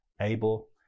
able